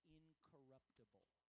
incorruptible